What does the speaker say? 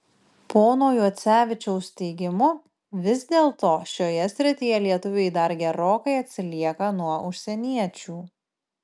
pono juocevičiaus teigimu vis dėlto šioje srityje lietuviai dar gerokai atsilieka nuo užsieniečių